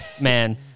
Man